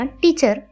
teacher